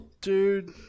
Dude